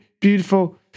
Beautiful